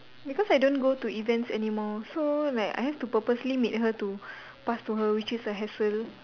because I don't go to events anymore so like I have to purposely meet her to pass to her which is a hassle